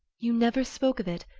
you never spoke of it,